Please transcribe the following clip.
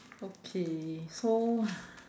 okay so